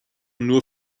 nur